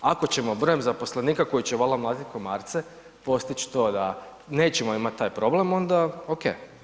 Ako ćemo brojem zaposlenika koji će valjda mlatiti komarce postići to da nećemo imati taj problem, onda ok.